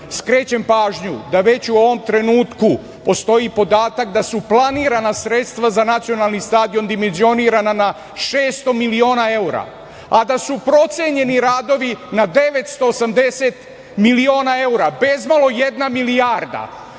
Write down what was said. pažnju da već u ovom trenutku postoji podatak da su planirana sredstva za nacionalni stadion dimenzionirana na 600 miliona evra, a da su procenjeni radovi na 980 miliona evra, bezmalo jedna milijarda.